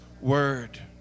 Word